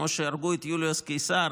כמו שהרגו את יוליוס קיסר,